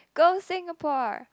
go Singapore